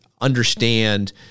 understand